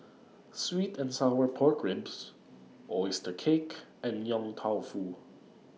Sweet and Sour Pork Ribs Oyster Cake and Yong Tau Foo